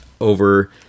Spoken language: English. Over